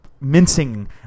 Mincing